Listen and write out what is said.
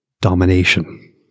domination